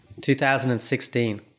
2016